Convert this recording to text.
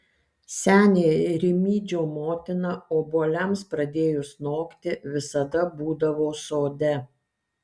senė rimydžio motina obuoliams pradėjus nokti visada būdavo sode